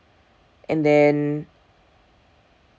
and then